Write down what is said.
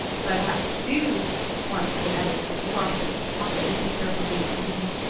but i do want to get out of driscoll's office, moffatt imperturbably continued.